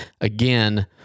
Again